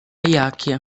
jakie